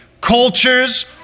cultures